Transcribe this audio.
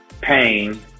pain